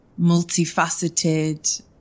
multifaceted